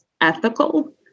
ethical